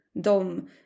Dom